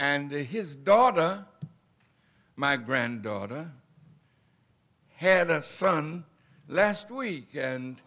and his daughter my granddaughter had a son last week